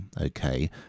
okay